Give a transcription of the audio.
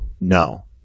No